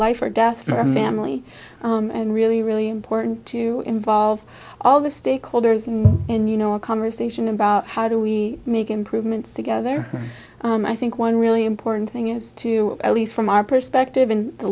life or death for family and really really important to involve all the stakeholders and you know a conversation about how do we make improvements together i think one really important thing is to at least from our perspective in the